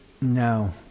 No